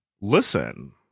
listen